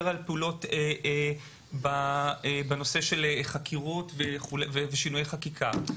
על פעולות בנושא חקירות ושינויי חקיקה.